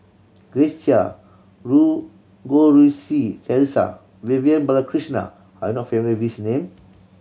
Grace Chia Goh Rui Si Theresa Vivian Balakrishnan are you not familiar these name